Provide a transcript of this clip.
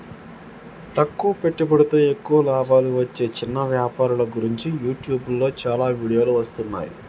తక్కువ పెట్టుబడితో ఎక్కువ లాభాలు వచ్చే చిన్న వ్యాపారుల గురించి యూట్యూబ్లో చాలా వీడియోలు వస్తున్నాయి